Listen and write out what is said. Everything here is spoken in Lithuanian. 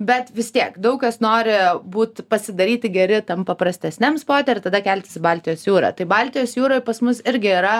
bet vis tiek daug kas nori būt pasidaryti geri tam paprastesniam spote ir tada keltis į baltijos jūrą tai baltijos jūroj pas mus irgi yra